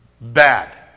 Bad